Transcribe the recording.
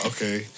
Okay